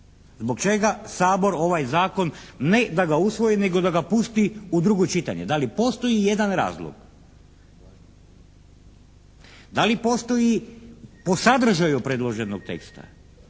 zbog čega Sabor ovaj Zakon ne da ga usvoji nego da ga pusti u drugo čitanje? Da li postoji jedan razlog? Da li postoji po sadržaju predloženog teksta?